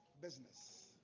business